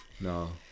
No